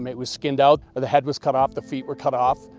um it was skinned out, ah the head was cut off, the feet were cut off.